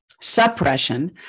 suppression